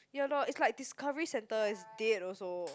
ya lor is like Discovery Centre is dead also